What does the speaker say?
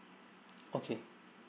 okay